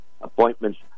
appointments